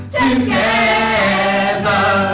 together